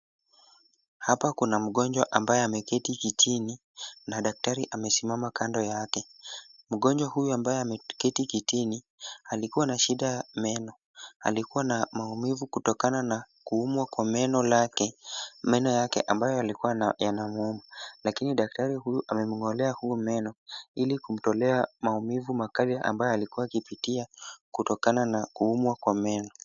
Hapa kuna mgonjwa ambaye ameketi kitini na daktari amesimama kando yake. Mgonjwa huyu ambaye ameketi kitini alikuwa na shida ya meno. Alikuwa na maumivu kutokana na kuumwa kwa meno yake ambayo yalikuwa yanamuuma lakini daktari huyu amemng'olea huu meno ili kumtolea maumivu makali ambayo alikuwa akipitia kutokana na kuumwa kwa meno.